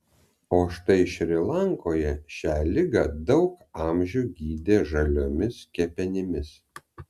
o štai šri lankoje šią ligą daug amžių gydė žaliomis kepenimis